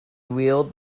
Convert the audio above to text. wheeled